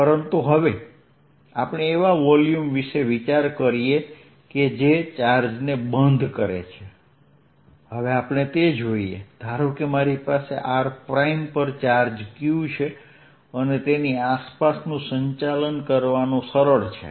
પરંતુ હવે આપણે એવા વોલ્યુમ વિષે વિચાર કરીએ કે જે ચાર્જને બંધ કરે છે હવે આપણે તે જોઈએ ધારો કે મારી પાસે r પ્રાઇમ પર ચાર્જ q છે અને તેની આસપાસનું સંચાલન કરવાનું સરળ છે